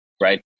right